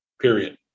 period